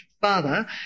father